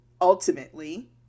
ultimately